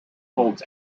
holds